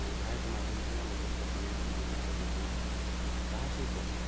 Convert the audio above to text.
ଏହା ଏକ ମାଧ୍ୟମଥିଲା ଲୋକର କଥାକୁ ନେଇକି ଅନ୍ୟପାଖରେ ପହଞ୍ଚେଇବା ତାହା ସହିତ